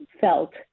felt